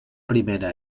primera